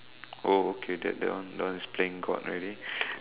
oh okay that that one that one is playing God already